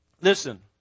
Listen